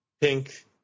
pink